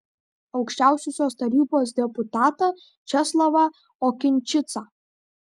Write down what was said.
aukščiausiosios tarybos deputatą česlavą okinčicą